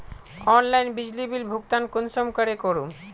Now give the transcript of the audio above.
Online बिजली bill भुगतान कुंसम करे करूम?